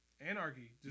anarchy